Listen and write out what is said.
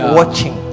watching